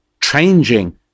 changing